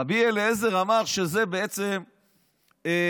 רבי אליעזר אמר שזה בעצם כשר,